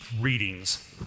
readings